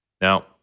Now